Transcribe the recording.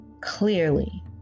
clearly